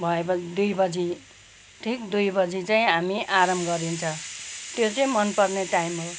भएर दुई बजी ठिक दुई बजी चाहिँ हामी आराम गरिन्छ त्यो चाहिँ मनपर्ने टाइम हो